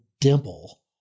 dimple